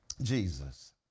Jesus